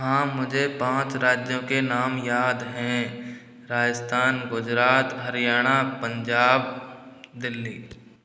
हाँ मुझे पाँच राज्यों के नाम याद हैं राजस्थान गुजरात हरियाणा पंजाब दिल्ली